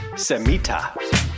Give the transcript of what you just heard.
Semita